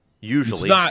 usually